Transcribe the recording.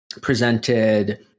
presented